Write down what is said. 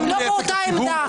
הוא לא באותה עמדה.